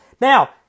Now